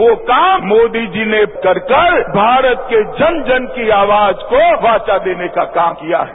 वो काम मोदी जी ने करके भारत के जन जन की आवाज को वाचा देने का काम किया है